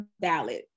valid